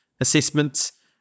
assessments